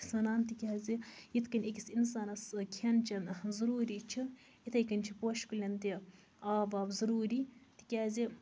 بہٕ چھَس وَنان تِکیازِ یِتھ کَنۍ أکِس اِنسانَس کھٮ۪ن چین آسان ضروٗری چھُ یِتھے کٔنۍ چھُ پوشہٕ کُلٮ۪ن تہِ آب واب ضروٗری تِکیازِ